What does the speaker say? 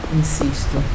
insisto